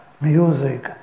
music